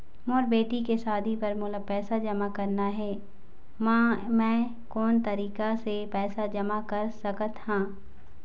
मोर बेटी के शादी बर मोला पैसा जमा करना हे, म मैं कोन तरीका से पैसा जमा कर सकत ह?